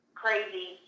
crazy